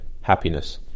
happiness